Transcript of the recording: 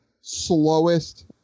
slowest